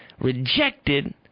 rejected